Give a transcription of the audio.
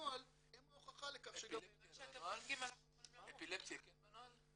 בנוהל הן ההוכחה לכך -- אפילפסיה כן בנוהל?